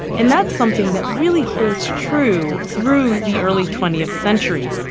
and that's something that really holds true through the early twentieth century.